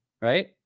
right